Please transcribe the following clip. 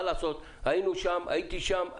מה לעשות, היינו שם, הייתי שם.